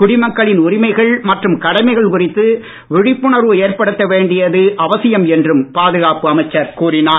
குடிமக்களின் உரிமைகள் மற்றும் கடமைகள் குறித்து விழிப்புணர்வு ஏற்படத்த வேண்டியது அவசியம் என்றும் பாதுகாப்பு அமைச்சர் கூறினார்